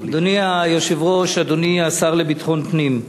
אדוני היושב-ראש, אדוני השר לביטחון פנים,